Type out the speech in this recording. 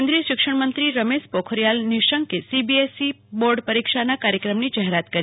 કેન્રિયાય શિક્ષણ મંત્રી રમેશ પોખરિયાલ નિશંકે આજે સીબીએસઇ બોર્ડ પરીક્ષાના કાર્યક્રમની જાહેરાત કરી